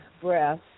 breath